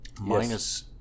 Minus